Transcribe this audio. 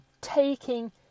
taking